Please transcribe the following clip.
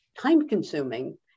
time-consuming